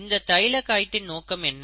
இந்த தைலகாய்டின் நோக்கம் என்ன